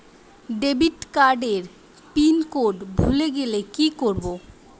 Debit card এর PIN code ভুলে গেলে কি করব?